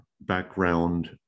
background